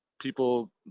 people